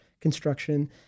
construction